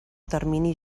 termini